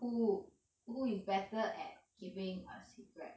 who who is better at keeping a secret